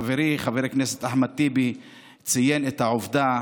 חברי חבר הכנסת אחמד טיבי ציין את העובדה